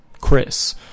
Chris